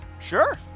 Sure